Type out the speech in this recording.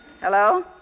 Hello